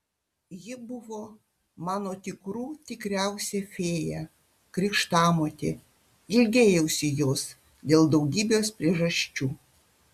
ji buvo mano tikrų tikriausia fėja krikštamotė ilgėjausi jos dėl daugybės priežasčių